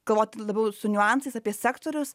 galvoti labiau su niuansais apie sektorius